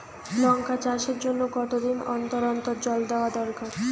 লঙ্কা চাষের জন্যে কতদিন অন্তর অন্তর জল দেওয়া দরকার?